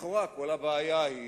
שלכאורה כל הבעיה היא